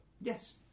Yes